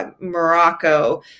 Morocco